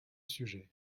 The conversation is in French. sujet